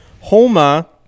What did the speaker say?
Homa